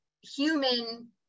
human